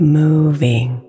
moving